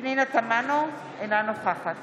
פנינה תמנו, אינה נוכחת